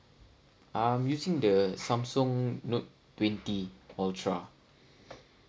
I'm using the Samsung note twenty ultra